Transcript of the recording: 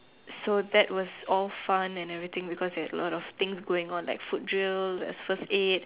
so that was all fun and everything because it had a lot of things going on there's foot drill there's first aid